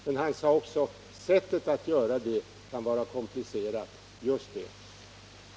Men Per Bergman sade också att sättet att göra det kan vara komplicerat. Just Nr 94